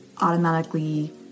automatically